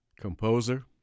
composer